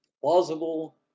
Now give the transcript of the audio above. plausible